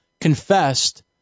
confessed